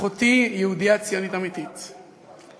אחותי, יהודייה ציונית אמיתית,